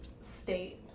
state